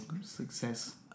success